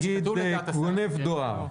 נגיד אחד גונב דואר.